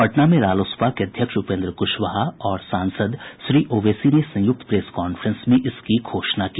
पटना में रालोसपा के अध्यक्ष उपेन्द्र कुशवाहा और सांसद श्री ओवैसी ने संयुक्त प्रेस कांफ्रेंस में इसकी घोषणा की